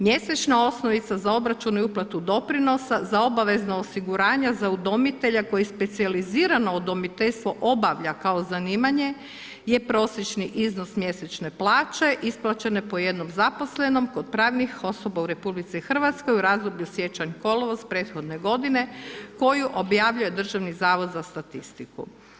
Mjesečna osnovica za obračun ili uplatu doprinosa za obvezno osiguranja za udomitelja koji specijalizirano udomiteljstvo obavlja kao zanimanje je prosječni iznos mjesečne plaće isplaćene po jednom zaposlenom kod pravnih osoba u RH, u razdoblju siječanj - kolovoz prethodne godine koju objavljuje državni zavod za statistiku.